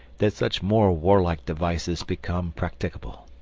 that such more warlike devices become practicable.